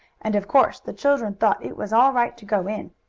and of course the children thought it was all right to go in.